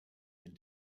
and